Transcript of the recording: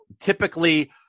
typically